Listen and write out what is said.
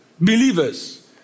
believers